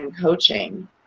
coaching